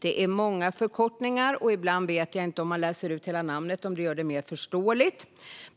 Det är många förkortningar, och ibland vet jag inte om det hela blir förståeligare om man läser ut hela